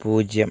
പൂജ്യം